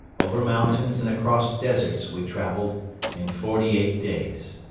over mountains and across deserts we traveled in forty-eight days.